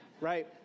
right